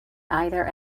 either